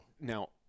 Now